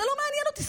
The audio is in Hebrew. זה לא מעניין אותי,